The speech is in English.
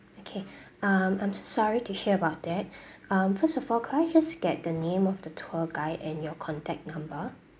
okay um I'm sorry to hear about that um first of all could I just get the name of the tour guide and your contact number